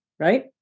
right